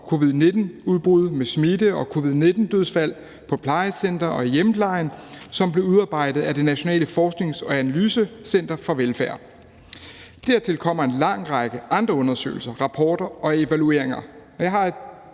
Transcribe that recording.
covid-19-udbruddet med smitte og covid-19-dødsfald på plejecentre og i hjemmeplejen, som blev udarbejdet at Det Nationale Forsknings- og Analysecenter for Velfærd. Dertil kommer en lang række andre undersøgelser, rapporter og evalueringer.